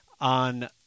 On